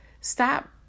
Stop